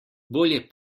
bolje